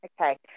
okay